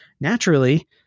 Naturally